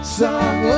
song